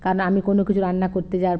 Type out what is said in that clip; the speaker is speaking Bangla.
কারণ আমি কোনো কিছু রান্না করতে যাওয়ার